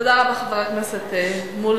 תודה רבה, חבר הכנסת מולה.